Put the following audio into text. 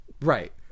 right